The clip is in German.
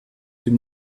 dem